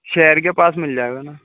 شہر کے پاس مل جائے گا نا